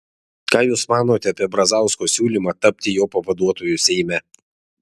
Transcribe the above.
ką jūs manote apie brazausko siūlymą tapti jo pavaduotoju seime